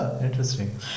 Interesting